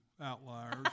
outliers